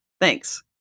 Thanks